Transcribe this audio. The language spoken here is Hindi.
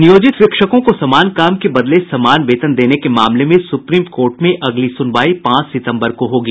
नियोजित शिक्षकों को समान काम के बदले समान वेतन देने के मामले में सुप्रीम कोर्ट में अगली सुनवाई पांच सितम्बर को होगी